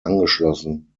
angeschlossen